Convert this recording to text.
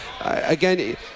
Again